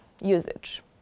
usage